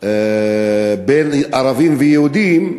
בין ערבים ויהודים,